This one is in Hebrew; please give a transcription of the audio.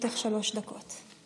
לרשותך שלוש דקות.